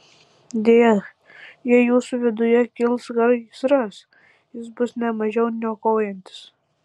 deja jei jūsų viduje kils gaisras jis bus ne mažiau niokojantis